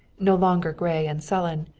no longer gray and sullen,